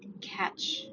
catch